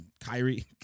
Kyrie